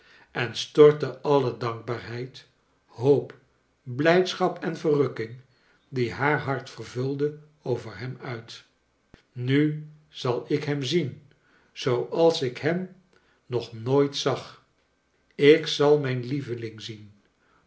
en stortte alle dankbaarheid hoop blijdschap en verrukking die haar hart vervulde over hem uit nu zal ik hem zien zooals ik hem nog nooit zag ik zal mijn lieveling zien